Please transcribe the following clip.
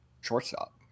shortstop